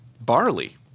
barley